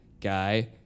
guy